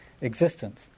existence